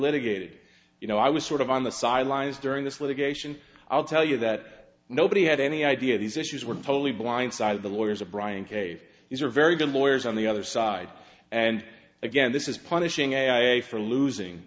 litigated you know i was sort of on the sidelines during this litigation i'll tell you that nobody had any idea these issues were totally blindsided the lawyers of bryan cave these are very good lawyers on the other side and again this is punishing a i a for losing